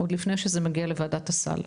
עוד לפני שזה מגיע לוועדת הסל,